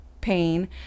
pain